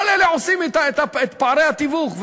כל אלה עושים את פערי התיווך.